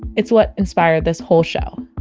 it's what inspired this whole show.